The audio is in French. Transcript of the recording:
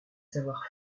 savoir